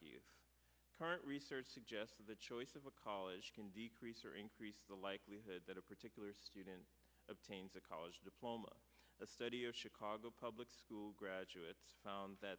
youth current research suggests that the choice of a college can decrease or increase the likelihood that a particular student obtains a college diploma the study of chicago public school graduates found that